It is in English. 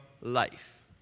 life